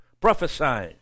prophesying